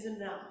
enough